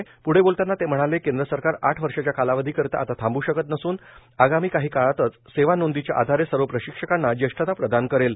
प्रंढ बोलतांना ते म्हणाले केंद्र सरकार आठ वर्षाच्या कालावधी करीता आता थांबू शकत नसून आगामी काही काळातच सेवा नोंदीच्या आधारे सर्व प्रशिक्षकांना ज्येष्ठता प्रदान करेल